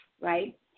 right